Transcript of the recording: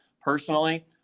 Personally